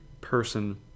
person